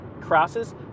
crosses